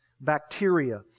bacteria